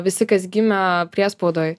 visi kas gimė priespaudoj